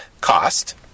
cost